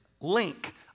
link